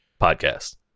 podcast